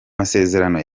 masezerano